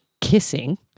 kissing